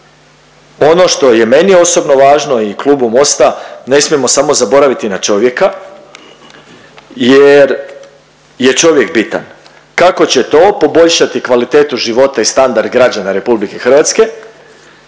Ono što je meni osobno važno i klubu Mosta, ne smijemo samo zaboraviti na čovjeka jer je čovjek bitan. Kako će to poboljšati kvalitetu života i standard građana RH i koliko